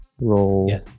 Roll